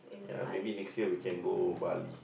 ya maybe next year we can go Bali